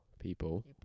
people